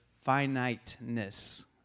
finiteness